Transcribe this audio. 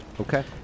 Okay